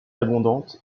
abondante